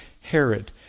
Herod